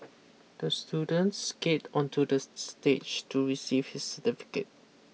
the student skated onto the stage to receive his certificate